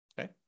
Okay